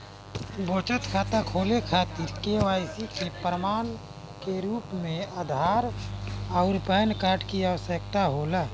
बचत खाता खोले खातिर के.वाइ.सी के प्रमाण के रूप में आधार आउर पैन कार्ड की आवश्यकता होला